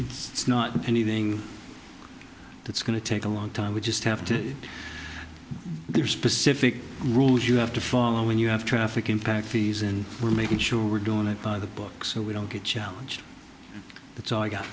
it's not anything that's going to take a long time we just have to be there specific rules you have to follow when you have traffic impact fees and we're making sure we're doing it by the book so we don't get challenged that's oh i got